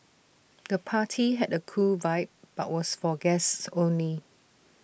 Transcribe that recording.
the party had A cool vibe but was for guests only